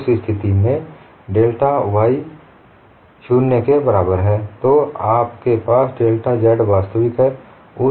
उस स्थिति में डेल्टा y 0 के बराबर है तो आपके पास डेल्टा z वास्तविक है